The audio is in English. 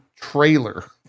trailer